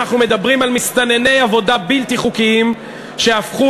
אנחנו מדברים על מסתנני עבודה בלתי חוקיים שהפכו